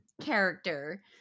character